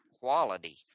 quality